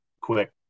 quick